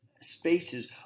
spaces